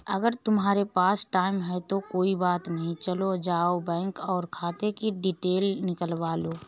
अगर तुम्हारे पास टाइम है तो कोई बात नहीं चले जाओ बैंक और खाते कि डिटेल निकलवा लो